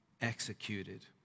executed